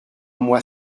moi